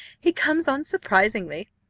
he comes on surprisingly.